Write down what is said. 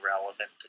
relevant